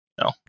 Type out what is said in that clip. No